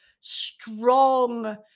strong